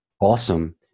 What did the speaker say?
awesome